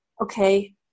okay